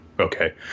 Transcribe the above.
Okay